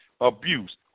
abuse